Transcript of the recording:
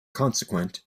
consequent